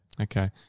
Okay